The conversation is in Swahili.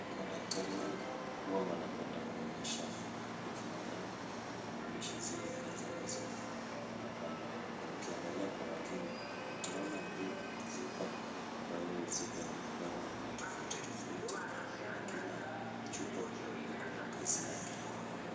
Madaktari wengi huwa wanapenda kuonyesha majina yao na kuonyesha kazi zile ambazo wanafanya. Ukiangalia kwa makini utaona vyupa ambayo ziko na madawa tofauti tofauti na kila chupa ikona kazi yake.